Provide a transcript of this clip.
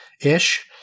ish